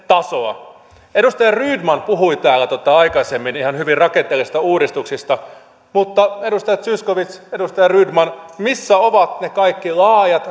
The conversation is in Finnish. tasoa edustaja rydman puhui täällä aikaisemmin ihan hyvin rakenteellisista uudistuksista mutta edustaja zyskowicz edustaja rydman missä ovat ne kaikki laajat